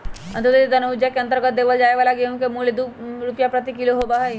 अंत्योदय अन्न योजना के अंतर्गत देवल जाये वाला गेहूं के मूल्य दु रुपीया प्रति किलो होबा हई